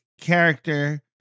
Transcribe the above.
character